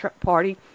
party